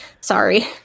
Sorry